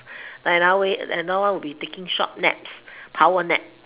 like another way another one will be taking short naps power nap